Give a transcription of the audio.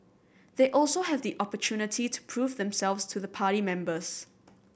they also have the opportunity to prove themselves to the party members